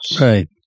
Right